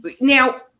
now